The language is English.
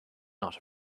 not